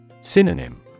Synonym